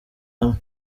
hamwe